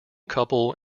couple